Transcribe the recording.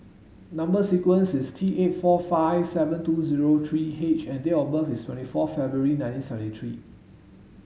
number sequence is T eight four five seven two zero three H and date of birth is twenty four February nineteen seventy three